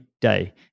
day